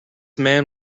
man